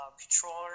controller